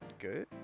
good